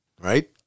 right